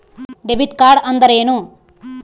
Debit card ಅಂದ್ರೇನು?